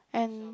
and